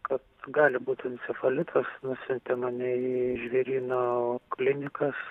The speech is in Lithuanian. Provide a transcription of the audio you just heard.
ka gali būt encefalitas nusiuntė mane į žvėryno klinikas